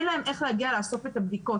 אין להם איך להגיע לאסוף את הבדיקות.